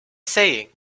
saying